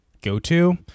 go-to